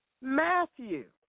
Matthew